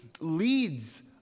leads